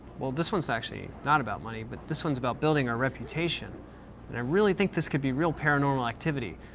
well, this one's actually not about money, but this one's about building our reputation. and, i really think this could be real paranormal activity.